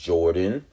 Jordan